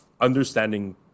understanding